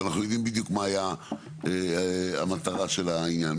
ואנחנו יודעים בדיוק מה הייתה המטרה של העניין.